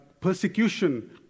persecution